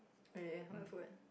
really what's word